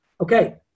Okay